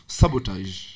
sabotage